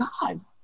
God